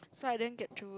so I didn't get through